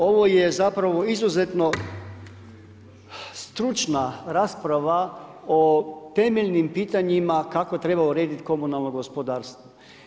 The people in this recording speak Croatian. Ovo je zapravo izuzetno stručna rasprava o temeljnim pitanjima kako treba urediti komunalno gospodarstvo.